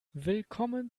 willkommen